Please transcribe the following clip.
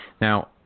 Now